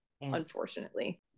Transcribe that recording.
unfortunately